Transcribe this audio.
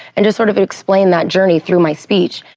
and just sort of explain that journey through my speech.